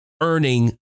earning